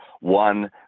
one